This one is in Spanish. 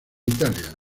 italia